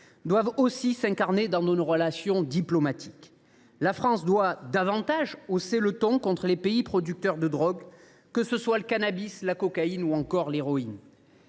doivent aussi s’incarner dans nos relations diplomatiques. La France doit davantage hausser le ton contre les pays producteurs de drogues, que ce soit le cannabis, la cocaïne ou l’héroïne.